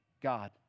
God